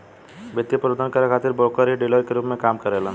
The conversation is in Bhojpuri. वित्तीय प्रबंधन करे खातिर ब्रोकर ही डीलर के रूप में काम करेलन